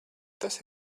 tas